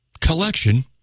collection